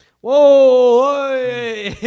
Whoa